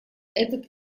этот